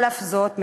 על אף זאת,